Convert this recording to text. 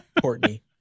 Courtney